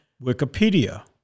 Wikipedia